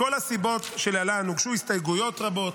מכל הסיבות שלעיל, הוגשו הסתייגויות רבות.